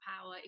power